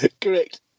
Correct